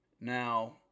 Now